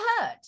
hurt